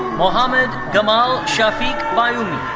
mohammad gamal shafik.